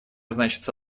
значится